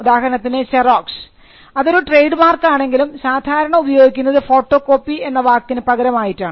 ഉദാഹരണത്തിന് സെറോക്സ് അതൊരു trade mark ആണെങ്കിലും സാധാരണ ഉപയോഗിക്കുന്നത് ഫോട്ടോ കോപ്പി എന്ന വാക്കിന് പകരമായിട്ടാണ്